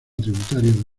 tributario